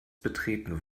betreten